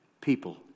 people